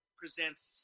presents